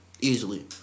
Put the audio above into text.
Easily